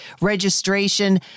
registration